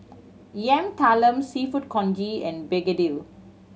Yam Talam Seafood Congee and begedil